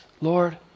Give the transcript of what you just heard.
Lord